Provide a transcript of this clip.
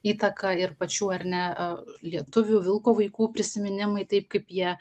įtaką ir pačių ar ne lietuvių vilko vaikų prisiminimai taip kaip jie